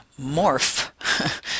morph